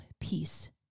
peace